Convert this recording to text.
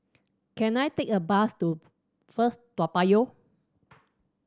can I take a bus to First Toa Payoh